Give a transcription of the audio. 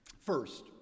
First